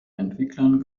entwicklern